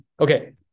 okay